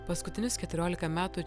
paskutinius keturiolika metų